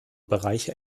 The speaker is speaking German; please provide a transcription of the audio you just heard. bereiche